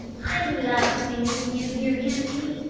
i love to be with you, dear auntie,